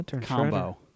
combo